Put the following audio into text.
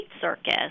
circus